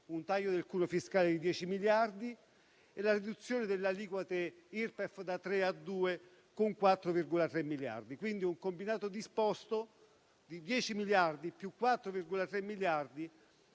un taglio del cuneo fiscale di 10 miliardi e la riduzione delle aliquote Irpef da tre a due, con 4,3 miliardi. Quindi un combinato disposto di 10 miliardi più 4,3 miliardi